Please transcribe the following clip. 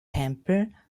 tempel